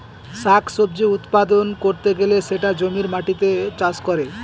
শাক সবজি উৎপাদন করতে গেলে সেটা জমির মাটিতে চাষ করে